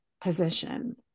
position